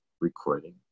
recording